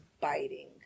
biting